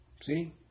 See